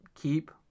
Keep